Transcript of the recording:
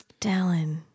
dallin